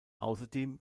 außerdem